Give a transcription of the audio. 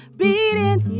beating